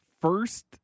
first